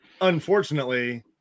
unfortunately